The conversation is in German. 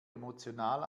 emotional